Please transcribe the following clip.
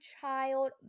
child